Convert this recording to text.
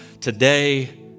Today